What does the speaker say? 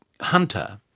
Hunter